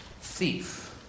thief